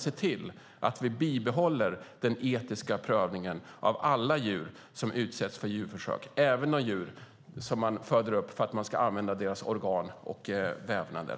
Se till att vi bibehåller den etiska prövningen för alla djur som utsätts för djurförsök, även de djur som föds upp för att man ska använda deras organ och vävnader!